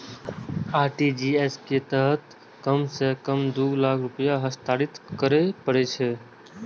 RTGS के तहत कम सं कम दू लाख रुपैया हस्तांतरित करय पड़ै छै